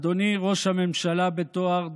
אדוני ראש הממשלה בתואר דהיום,